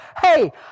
Hey